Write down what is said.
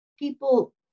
People